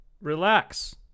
Relax